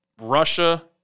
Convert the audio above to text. Russia